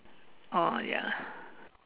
oh ya